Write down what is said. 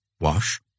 Wash